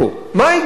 מה ההיגיון?